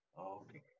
Okay